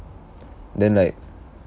then like